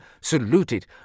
saluted